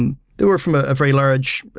and they were from a very large,